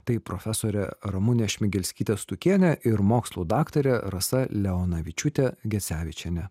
taip profesorė ramunė šmigelskytė stukienė ir mokslų daktarė rasa leonavičiūtė gecevičienė